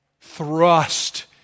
thrust